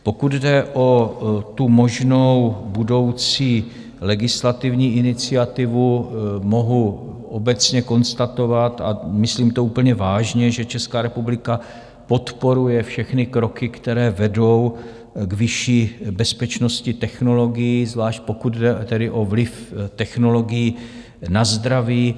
Pokud jde o možnou budoucí legislativní iniciativu, mohu obecně konstatovat, a myslím to úplně vážně, že Česká republika podporuje všechny kroky, které vedou k vyšší bezpečnosti technologií, zvlášť pokud jde tedy o vliv technologií na zdraví.